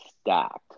stacked